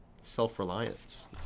self-reliance